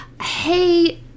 Hey